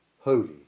Holy